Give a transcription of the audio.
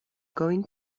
going